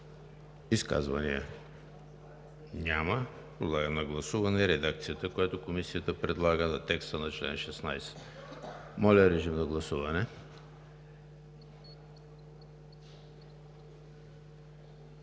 Изказвания? Няма. Подлагам на гласуване редакцията, която Комисията предлага за текста на чл. 18. Гласували